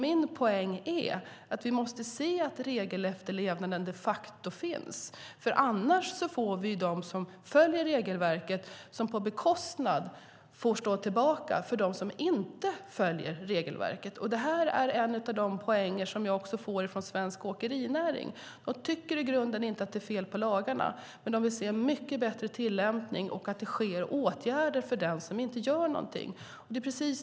Min poäng är att vi måste se till att det finns en regelefterlevnad, annars har vi sådana som följer regelverket och får stå tillbaka för dem som inte följer regelverket. Det är något som man säger också från svensk åkerinäring. Man tycker inte att det i grunden är fel på lagarna, men man vill se en bättre efterlevnad och att det vidtas åtgärder mot den som inte följer regelverket.